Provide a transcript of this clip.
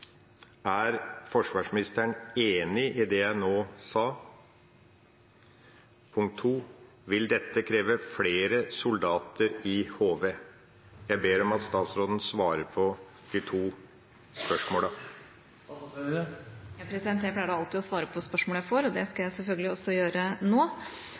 Er forsvarsministeren enig i det jeg nå sa? Vil dette kreve flere soldater i HV? Jeg ber om at statsråden svarer på disse to spørsmålene. Jeg pleier alltid å svare på spørsmål jeg får, og det skal jeg selvfølgelig også gjøre nå.